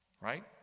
right